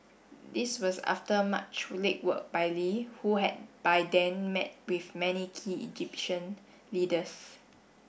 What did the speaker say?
this was after much legwork by Lee who had by then met with many key Egyptian leaders